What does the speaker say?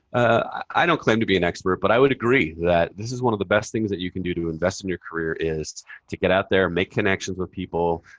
ah don't claim to be an expert, but i would agree that this is one of the best things that you can do to invest in your career is to get out there, make connections with people,